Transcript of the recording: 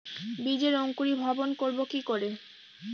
বীজের অঙ্কুরিভবন করব কি করে?